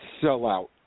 sellout